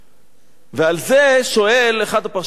ועל זה שואל אחד הפרשנים הגדולים,